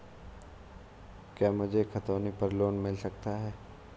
क्या मुझे खतौनी पर लोन मिल सकता है?